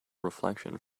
reflection